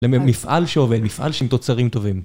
למפעל שעובד, מפעל שעם תוצרים טובים.